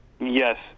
Yes